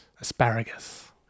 Asparagus